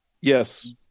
Yes